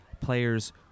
players